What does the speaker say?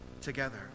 together